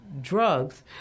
Drugs